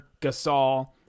Gasol